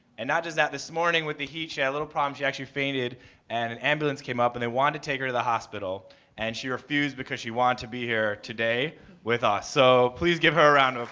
and not just that, this morning with the heat she had a little problem, she actually fainted and an ambulance came up and they wanted to take her to the hospital and she refused because she wanted to be here today with us. so please give her a round of